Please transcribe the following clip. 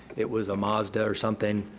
it was a mazda or something,